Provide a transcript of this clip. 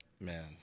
Man